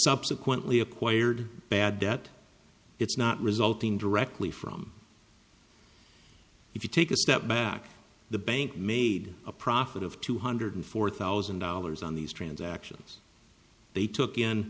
subsequently acquired bad debt it's not resulting directly from if you take a step back the bank made a profit of two hundred four thousand dollars on these transactions they took in